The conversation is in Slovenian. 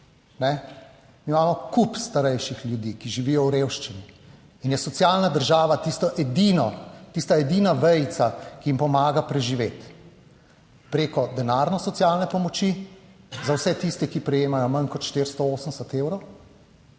imamo kup starejših ljudi, ki živijo v revščini in je socialna država tisto edino, tista edina vejica, ki jim pomaga preživeti preko denarne socialne pomoči za vse tiste, ki prejemajo manj kot 480 evrov,